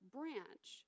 Branch